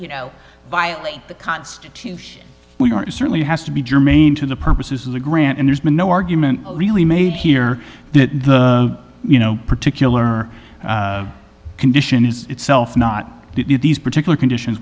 you know violate the constitution we are it certainly has to be germane to the purposes of the grant and there's been no argument really made here that the you know particular condition is itself not these particular conditions